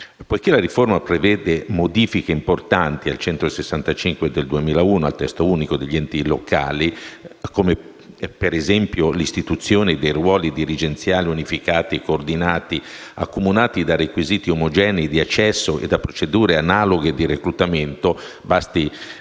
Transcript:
La riforma prevede modifiche importanti al decreto legislativo n. 165 del 2001 (il testo unico del pubblico impiego), come per esempio l'istituzione dei ruoli dirigenziali unificati e coordinati, accomunati da requisiti omogenei di accesso e da procedure analoghe di reclutamento, basati